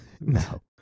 No